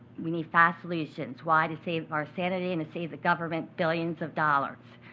we need fast solutions. why? to save our sanity and to save the government billions of dollars.